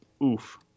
Oof